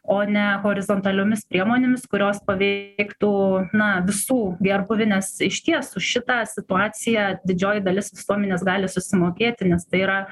o ne horizontaliomis priemonėmis kurios paveiktų na visų gerbūvį nes išties už šitą situaciją didžioji dalis visuomenės gali susimokėti nes tai yra